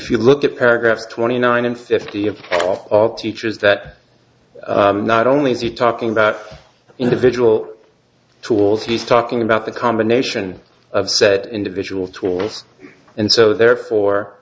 if you look at paragraphs twenty nine and fifty of our teachers that not only is he talking about individual tools he's talking about the combination of said individual tools and so therefore